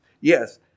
Yes